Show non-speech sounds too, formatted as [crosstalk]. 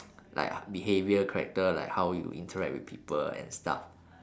[noise] like h~ behaviour character like how you interact with people and stuff